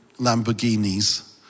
Lamborghinis